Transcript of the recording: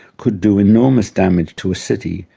could do enormous damage to a city,